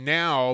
now